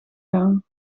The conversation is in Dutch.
gang